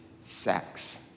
sex